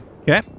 Okay